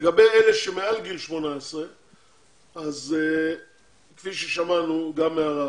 לגבי אלה שמעל גיל 18, כפי ששמענו גם מהרב,